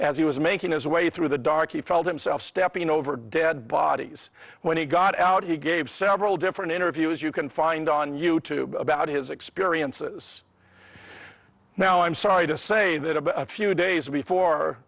as he was making his way through the dark he felt himself stepping over dead bodies when he got out he gave several different interviews you can find on youtube about his experiences now i'm sorry to say that about a few days